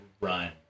run